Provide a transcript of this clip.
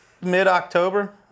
mid-October